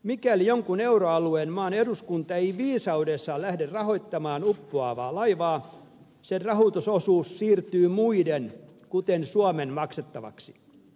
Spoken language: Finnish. mikäli jonkun euroalueen maan eduskunta ei viisaudessaan lähde rahoittamaan uppoavaa laivaa sen rahoitusosuus siirtyy muiden kuten suomen maksettavaksi